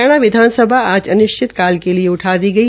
हरियाणा विधानसभा आज अनिश्चित काल के लिए उठा दी गई